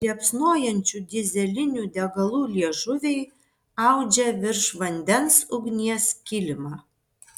liepsnojančių dyzelinių degalų liežuviai audžia virš vandens ugnies kilimą